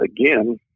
again